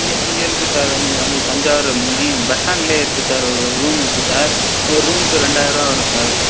இங்கே இங்கே இருக்குது சார் இங்கே வந்து தஞ்சாவூர் மெய் பஸ்ஸ்டாண்டில் இருக்குது சார் ஒரு ரூம் இருக்குது சார் ஒரு ரூம்க்கு ரெண்டாயர ரூபா வரும் சார்